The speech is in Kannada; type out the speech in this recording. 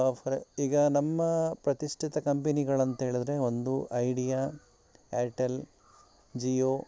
ಫಾರ್ ಈಗ ನಮ್ಮ ಪ್ರತಿಷ್ಠಿತ ಕಂಪೆನಿಗಳಂಥೇಳಿದ್ರೆ ಒಂದು ಐಡಿಯಾ ಏರ್ಟೆಲ್ ಜಿಯೋ